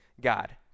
God